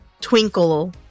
twinkle